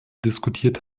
diskutiert